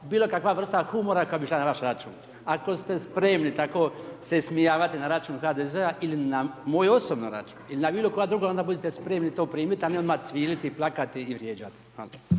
bilo kakva vrsta humora koji bi išao na vaš račun. Ako ste spremni tako se ismijavati na račun HDZ-a ili na moj osobni račun, ili na bilo kog drugoga onda budite spremni to primiti, a ne odmah cviliti, i plakati i vrijeđati.